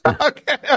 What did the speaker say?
Okay